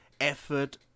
effort